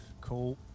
Cool